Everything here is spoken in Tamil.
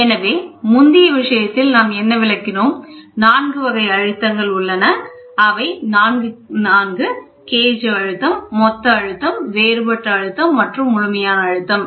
எனவே முந்தைய விஷயத்தில் நாம் என்ன விளக்கினோம் 4 வகை அழுத்தங்கள் அவை 4 கேஜ் அழுத்தம் மொத்த அழுத்தம் வேறுபட்ட அழுத்தம் மற்றும் முழுமையான அழுத்தம்